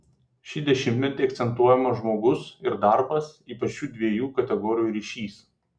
šį dešimtmetį akcentuojamas žmogus ir darbas ypač šių dviejų kategorijų ryšys